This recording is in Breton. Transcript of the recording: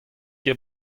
ket